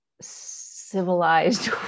civilized